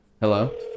Hello